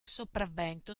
sopravvento